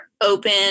open